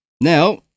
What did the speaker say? now